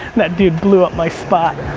that dude blew up my spot.